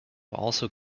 also